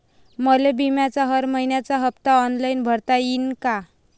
मले बिम्याचा हर मइन्याचा हप्ता ऑनलाईन भरता यीन का?